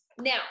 Now